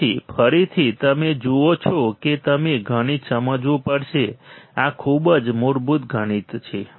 તેથી ફરીથી તમે જુઓ છો કે તમારે ગણિત સમજવું પડશે આ ખૂબ જ મૂળભૂત ગણિત છે